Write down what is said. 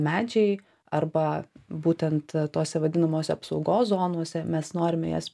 medžiai arba būtent tose vadinamose apsaugos zonose mes norime jas